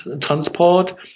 transport